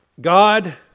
God